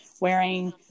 wearing